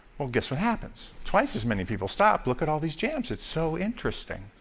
well, guess what happens? twice as many people stop, look at all these jams, it's so interesting.